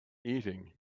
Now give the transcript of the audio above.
eating